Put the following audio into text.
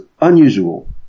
unusual